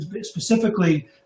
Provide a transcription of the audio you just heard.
specifically